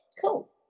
Cool